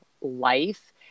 life